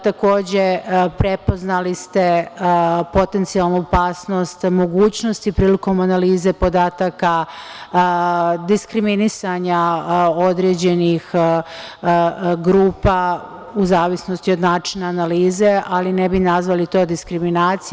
Takođe, prepoznali ste potencijalnu opasnost mogućnosti prilikom analize podataka, diskriminisanja određenih grupa u zavisnosti od načina analize, ali ne bih nazvali to diskriminacije.